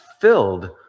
filled